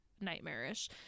nightmarish